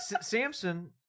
Samson